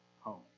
home